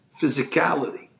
physicality